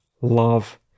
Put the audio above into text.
love